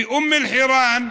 באום אל-חיראן,